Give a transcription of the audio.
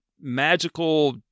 magical